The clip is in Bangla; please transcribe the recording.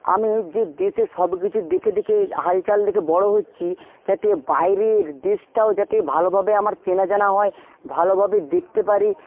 আমি যে দেশে সবকিছু দেখে দেখে হালচাল দেখে বড়ো হচ্ছি যাতে বাইরের দেশটাও যাতে ভালোভাবে আমার চেনাজানা হয় ভালোভাবে দেখতে পারি